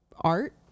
art